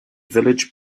village